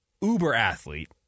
uber-athlete